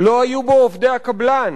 לא היו בו עובדי הקבלן,